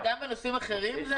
גם בנושאים אחרים היית